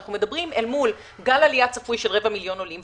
ואנחנו מדברים אל מול גל עלייה צפוי של רבע מיליון עולים.